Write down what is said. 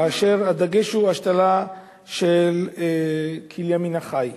כאשר הדגש הוא השתלה של כליה מן החי.